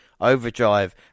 Overdrive